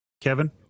Kevin